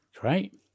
great